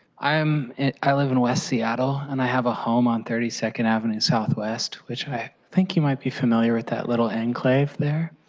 i um and i live in west seattle and i have a home on thirty second avenue southwest, which i think you might be familiar with that enclave there,